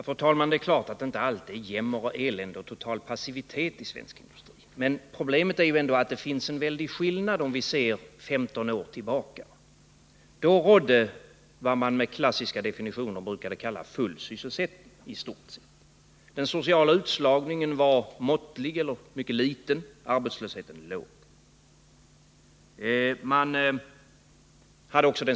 Fru talman! Allt är naturligtvis inte jämmer och elände och total passivitet i svensk industri. Men problemet är att skillnaden är så stor om vi ser 15 år tillbaka i tiden. Då rådde i stort sett vad man med en klassisk definition brukar kalla full sysselsättning. Den sociala utslagningen var mycket liten, arbetslösheten var låg.